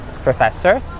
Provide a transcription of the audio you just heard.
professor